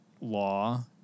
law